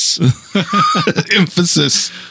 emphasis